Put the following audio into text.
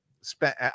spent